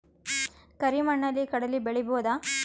ಕರಿ ಮಣ್ಣಲಿ ಕಡಲಿ ಬೆಳಿ ಬೋದ?